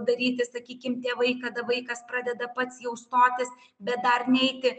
daryti sakykim tėvai kada vaikas pradeda pats jau stotis bet dar neiti